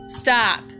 Stop